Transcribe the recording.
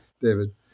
David